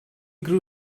grew